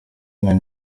charly